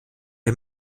der